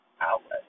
outlet